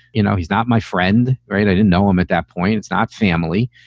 you know, he's not my friend. right. i didn't know him at that point. it's not family.